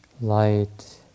light